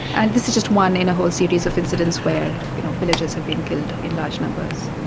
and this is just one in a whole series of incidents where, you know, villagers have been killed in large numbers.